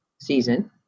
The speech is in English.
season